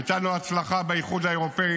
הייתה לנו הצלחה באיחוד האירופי